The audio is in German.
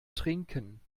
trinken